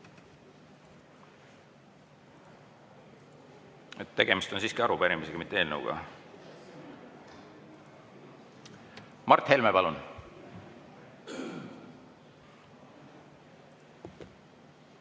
Tegemist on siiski arupärimisega, mitte eelnõuga. Mart Helme, palun!